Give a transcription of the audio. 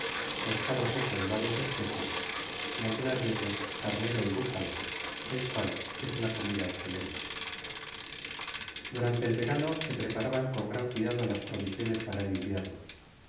pescado seco de varias especies y algunas veces carnero y búfalo el cual es una comida escalente durante el verano se preparan con gran cuidado las provisiones para el invierno